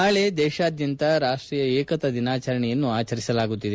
ನಾಳೆ ದೇಶಾದ್ಯಂತ ರಾಷ್ಟೀಯ ಏಕತಾ ದಿನಾಚರಣೆಯನ್ನು ಆಚರಿಸಲಾಗುತ್ತಿದೆ